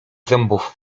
zębów